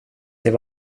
till